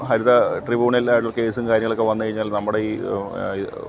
ഹരിത ട്രിബൂണലിൽ കേസും കാര്യങ്ങളൊക്കെ വന്നു കഴിഞ്ഞാൽ നമ്മുടെ ഈ